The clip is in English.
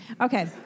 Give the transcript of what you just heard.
Okay